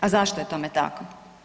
A zašto je tome tako?